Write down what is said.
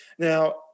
Now